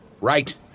Right